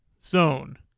zone